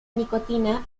nicotina